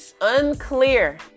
unclear